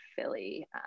Philly